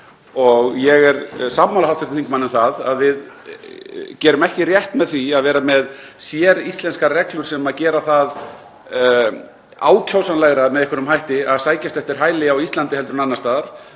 Ég er sammála hv. þingmanni um það að við gerum ekki rétt með því að vera með séríslenskar reglur sem gera það ákjósanlegra með einhverjum hætti að sækjast eftir hæli á Íslandi en annars staðar.